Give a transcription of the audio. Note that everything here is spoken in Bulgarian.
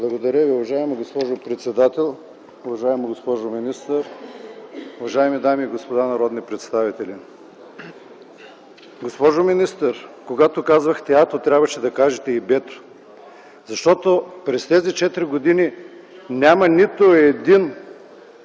Благодаря Ви, уважаема госпожо председател. Уважаема госпожо министър, уважаеми дами и господа народни представители! Госпожо министър, когато казвахте „а”-то, трябваше да кажете и „б”-то, защото през тези четири години няма нито един